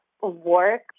work